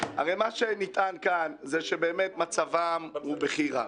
הרי מה שנטען כאן זה שמצבם הוא בכי רע.